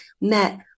met